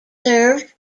served